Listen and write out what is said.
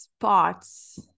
spots